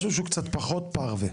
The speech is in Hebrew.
משהו שהוא קצת פחות פרווה.